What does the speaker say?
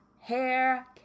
hair